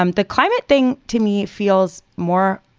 um the climate thing to me feels more.